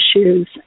issues